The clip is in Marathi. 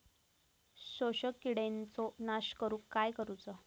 शोषक किडींचो नाश करूक काय करुचा?